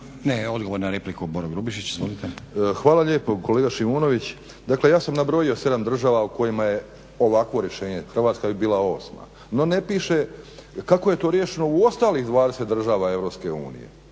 izvolite. **Grubišić, Boro (HDSSB)** Hvala lijepo kolega Šimunović, dakle ja sam nabrojio 7 država u kojima je ovakvo rješenje, Hrvatska bi bila 8. No ne piše kako je to riješeno u ostalih 20 država